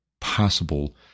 possible